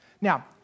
Now